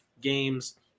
games